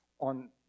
on